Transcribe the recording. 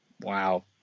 Wow